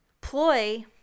ploy